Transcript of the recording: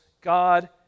God